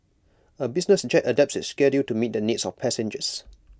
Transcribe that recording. A business jet adapts its schedule to meet the needs of passengers